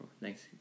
Thanks